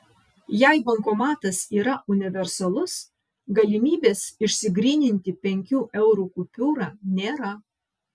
jei bankomatas yra universalus galimybės išsigryninti penkių eurų kupiūrą nėra